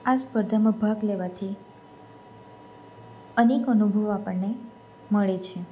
આ સ્પર્ધામાં ભાગ લેવાથી અનેક અનુભવો આપણને મળે છે